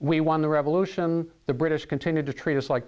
we won the revolution the british continued to treat us like